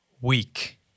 week